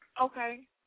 Okay